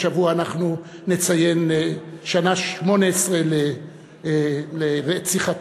שהשבוע אנחנו נציין שנה 18 לרציחתו.